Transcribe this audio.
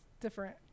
Different